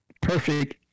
perfect